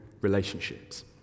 relationships